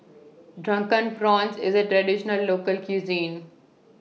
Drunken Prawns IS A Traditional Local Cuisine